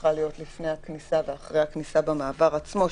שצריכה להיות לפני הכניסה ואחרי הכניסה במעבר עצמו,